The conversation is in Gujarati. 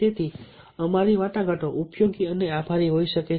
તેથી અમારી વાટાઘાટો ઉપયોગી અને આભારી હોઈ શકે છે